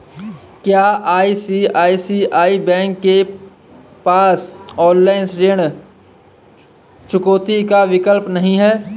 क्या ICICI bank के पास ऑनलाइन ऋण चुकौती का विकल्प नहीं है?